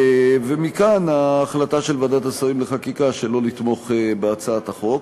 ומכאן ההחלטה של ועדת השרים לחקיקה שלא לתמוך בהצעת החוק.